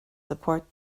support